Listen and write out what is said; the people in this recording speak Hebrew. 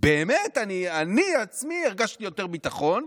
באמת אני עצמי הרגשתי יותר ביטחון.